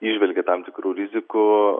įžvelgia tam tikrų rizikų